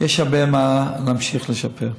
יש הרבה מה להמשיך לשפר,